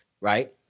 right